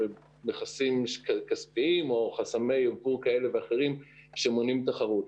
מכסים כספיים או חסמי יבוא כאלה ואחרים שמונעים תחרות.